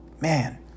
man